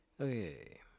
Okay